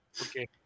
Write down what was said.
Okay